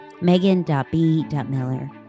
megan.b.miller